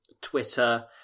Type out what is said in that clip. Twitter